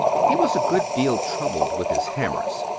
he was a good deal troubled with his hammers.